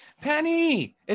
Penny